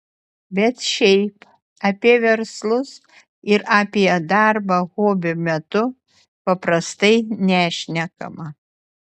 bet šiaip apie verslus ir apie darbą hobio metu paprastai nešnekama